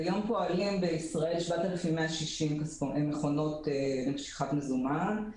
כיום פועלים בישראל 7,160 מכשירים למשיכת מזומן,